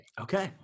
Okay